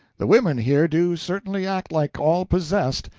the women here do certainly act like all possessed.